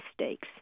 mistakes